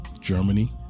Germany